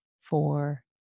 four